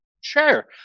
Sure